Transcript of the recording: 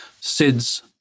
SIDS